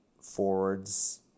forwards